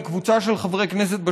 קבוצה של חברי הכנסת,